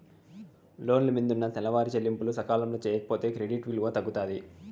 లోను మిందున్న నెలవారీ చెల్లింపులు సకాలంలో సేయకపోతే క్రెడిట్ విలువ తగ్గుతాది